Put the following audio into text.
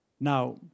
Now